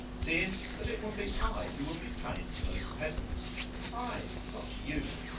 seeing that it will be i who will be paying for those peasants i, not you,